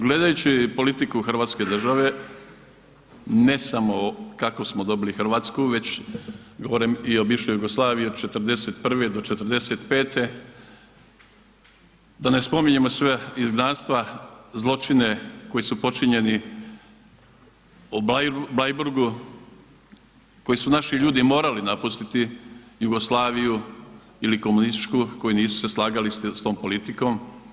Gledajući politiku hrvatske države, ne samo kako smo dobili Hrvatsku već govorim i o bivšoj Jugoslaviji od '41. do '45., da ne spominjemo sva izgnanstva, zločine koji su počinjeni u Bleiburgu, koji su naši ljudi morali napustiti, Jugoslaviju ili komunističku koji nisu se slagali sa tom politikom.